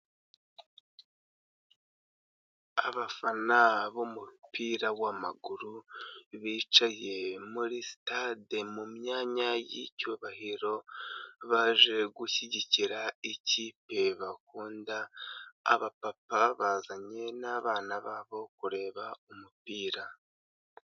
Abafana b'umupira w'amaguru bicaye muri sitade mu myanya y'icyubahiro baje gushyigikira ikipe bakunda, abapapa bazanye n'abana babo kureba umupira.